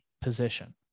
position